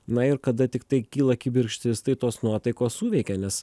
na ir kada tiktai kyla kibirkštis tai tos nuotaikos suveikia nes